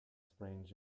sprained